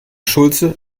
schulze